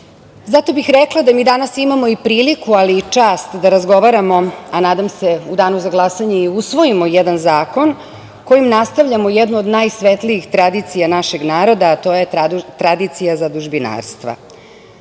bih rekla da mi danas imamo i priliku ali i čast da razgovaramo, a nadam se u danu za glasanje i usvojimo, jedan zakon kojim nastavljamo jednu od najsvetlijih tradicija našeg naroda, a to je tradicija zadužbinarstva.